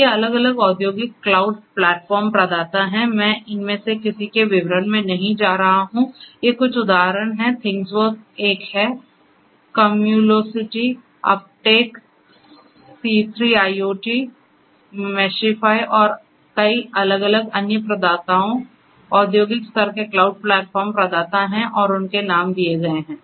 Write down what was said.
तो ये अलग अलग औद्योगिक क्लाउड प्लेटफ़ॉर्म प्रदाता हैं मैं इनमें से किसी के विवरण में नहीं जा रहा हूं ये कुछ उदाहरण हैं थिंगवर्क्स एक है Cumulocity Uptake C 3 IoT Meshify और कई अलग अलग अन्य प्रदाताओं औद्योगिक स्तर के क्लाउड प्लेटफ़ॉर्म प्रदाता हैं और उनके नाम दिए गए हैं